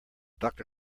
doctor